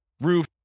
roof